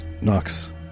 knocks